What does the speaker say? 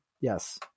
Yes